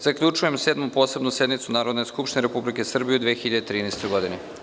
Zaključujem Sedmu posebnu sednicu Narodne skupštine Republike Srbije u 2013. godini.